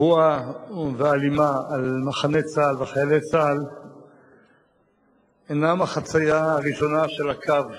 פרועה ואלימה על מחנה צה"ל ועל חיילי צה"ל אינם החצייה הראשונה של הקו